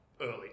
early